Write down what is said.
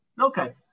Okay